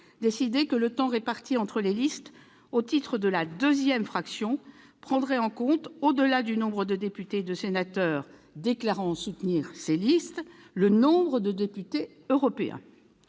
que le temps réparti entre les listes au titre de la deuxième fraction prendrait en compte, au-delà du nombre de députés et de sénateurs déclarant soutenir ces listes, le nombre de députés européens.